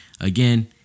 again